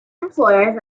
employers